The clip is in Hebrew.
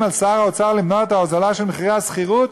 על שר האוצר למנוע את ההוזלה של מחירי השכירות,